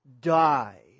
die